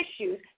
issues